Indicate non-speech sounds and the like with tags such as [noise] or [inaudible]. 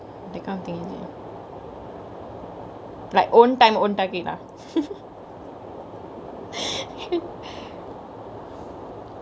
the kind of thingk is it like own time own target ah [laughs]